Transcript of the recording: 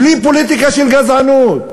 בלי פוליטיקה של גזענות